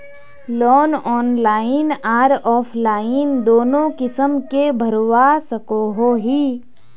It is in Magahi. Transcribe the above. लोन ऑनलाइन आर ऑफलाइन दोनों किसम के भरवा सकोहो ही?